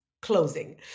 closing